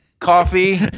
coffee